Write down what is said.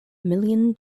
million